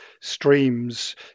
streams